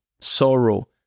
sorrow